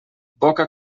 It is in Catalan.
boca